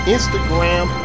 Instagram